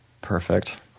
perfect